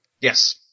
Yes